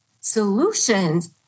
solutions